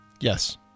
Yes